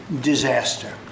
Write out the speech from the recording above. disaster